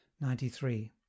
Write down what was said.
Ninety-three